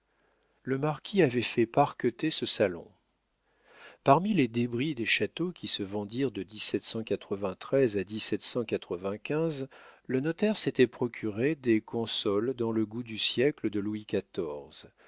le marquis avait fait parqueter ce salon parmi les débris des châteaux qui se vendirent de à le notaire s'était procuré des consoles dans le goût du siècle de louis